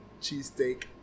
cheesesteak